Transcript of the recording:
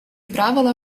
правила